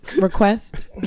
request